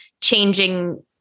changing